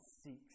seeks